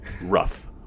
Rough